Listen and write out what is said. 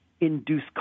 induce